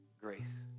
grace